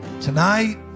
tonight